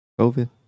COVID